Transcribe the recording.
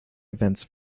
events